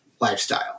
lifestyle